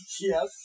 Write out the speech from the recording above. Yes